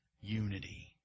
unity